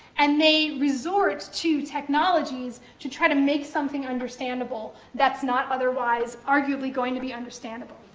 and they resort to technologies to try to make something understandable that's not otherwise arguably going to be understandable.